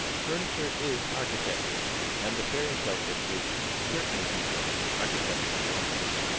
furniture is architecture, and the fairy-tale picture should certainly be drawn with architectural lines.